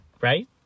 right